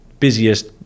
busiest